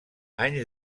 anys